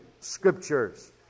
Scriptures